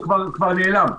הוא כבר נעלם.